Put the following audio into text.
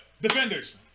Defenders